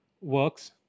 works